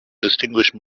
distinguished